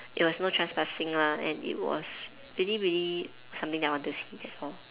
it was no trespassing lah and it was really really something that I wanted to see that's all